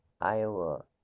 Iowa